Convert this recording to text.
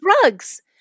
drugs